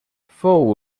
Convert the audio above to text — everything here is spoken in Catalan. fou